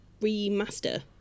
remaster